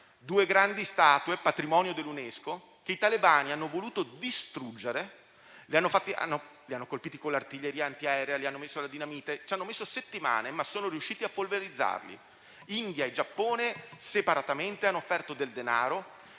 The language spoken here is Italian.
Due grandi statue, patrimonio dell'UNESCO, che i talebani hanno voluto distruggere con l'artiglieria antiaerea e la dinamite; ci hanno messo settimane, ma sono riusciti a polverizzarli. India e Giappone, separatamente, hanno offerto del denaro